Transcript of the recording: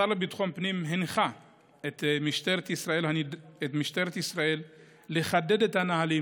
השר לביטחון הפנים הנחה את משטרת ישראל לחדד את הנהלים